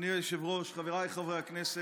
אדוני היושב-ראש, חבריי חברי הכנסת,